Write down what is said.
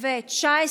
נתקבלה.